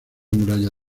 muralla